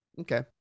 okay